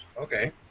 Okay